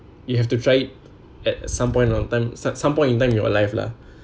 you have to try it at some point of time some point in time in your life lah